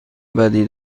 بدی